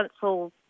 council